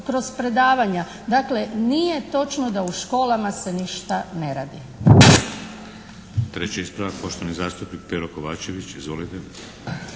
kroz predavanja, dakle nije točno da u školama se ništa ne radi.